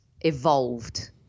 evolved